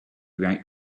write